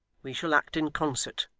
we shall act in concert,